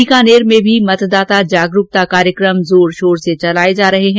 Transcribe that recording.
बीकानेर में भी मतदाता जागरूकता कार्यक्रम जोर शोर से चलाए जा रहे हैं